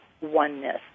oneness